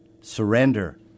Surrender